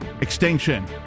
Extinction